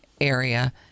area